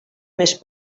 més